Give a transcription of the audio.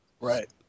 right